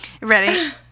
Ready